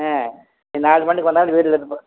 ஆ நாலு மணிக்கு கொண்டாந்து வீட்டில் எடுத்துன்னு போ